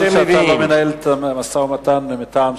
מזל שאתה לא מנהל את המשא-ומתן מטעם ש"ס.